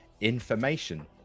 information